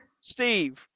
Steve